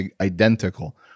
identical